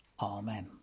Amen